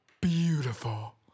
beautiful